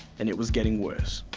and it was getting worse.